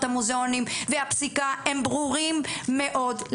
המוזיאונים והפסיקה הם ברורים מאוד.